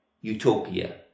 utopia